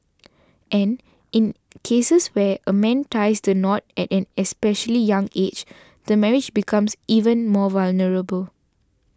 and in cases where a man ties the knot at an especially young age the marriage becomes even more vulnerable